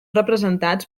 representats